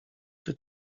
czy